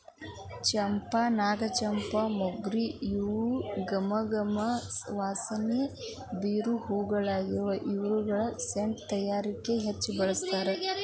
ಚಂಪಾ, ನಾಗಚಂಪಾ, ಮೊಗ್ರ ಇವು ಗಮ ಗಮ ವಾಸನಿ ಬರು ಹೂಗಳಗ್ಯಾವ, ಇವುಗಳನ್ನ ಸೆಂಟ್ ತಯಾರಿಕೆಯೊಳಗ ಹೆಚ್ಚ್ ಬಳಸ್ತಾರ